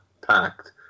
packed